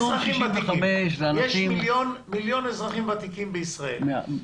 יש מיליון אזרחים ותיקים בישראל.